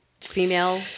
female